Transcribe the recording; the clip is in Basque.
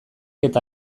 eta